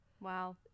Wow